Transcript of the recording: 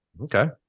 Okay